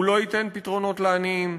הוא לא ייתן פתרונות לעניים,